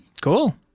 cool